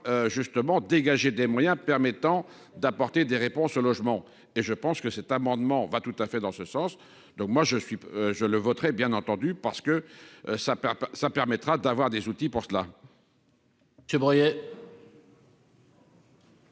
justement dégager des moyens permettant d'apporter des réponses aux logement et je pense que cet amendement va tout à fait dans ce sens. Donc moi je suis, je le voterai bien entendu parce que ça ça permettra d'avoir des outils pour cela. Ce bruit.